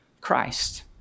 Christ